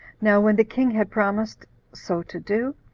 now when the king had promised so to do,